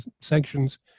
sanctions